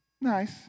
nice